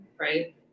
right